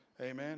Amen